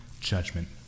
judgment